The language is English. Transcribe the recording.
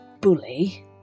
bully